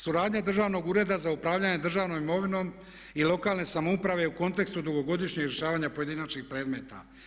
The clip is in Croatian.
Suradnja Državnog ureda za upravljanje državnom imovinom i lokalne samouprave u kontekstu dugogodišnjeg rješavanja pojedinačnih predmeta.